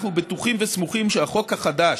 אנחנו בטוחים וסמוכים כי החוק החדש,